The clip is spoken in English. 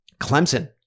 clemson